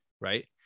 Right